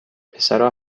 پسرا